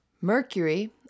Mercury